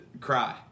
cry